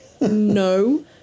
No